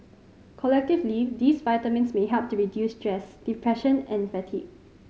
collectively these vitamins may help to relieve stress depression and fatigue